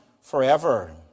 forever